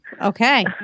Okay